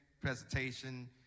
presentation